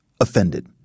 offended